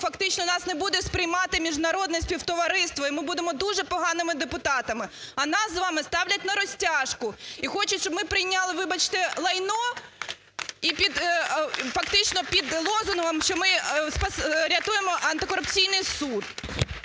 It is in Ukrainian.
фактично нас не буде сприймати міжнародне співтовариство, і ми будемо дуже поганими депутатами. А нас з вами ставлять на розтяжку і хочуть, щоб ми прийняли, вибачте, лайно і фактично під лозунгом, що ми рятуємо антикорупційний суд.